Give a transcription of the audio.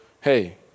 hey